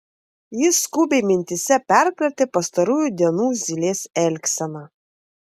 jis skubiai mintyse perkratė pastarųjų dienų zylės elgseną